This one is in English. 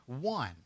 one